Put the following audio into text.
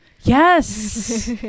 Yes